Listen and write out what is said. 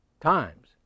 times